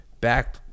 back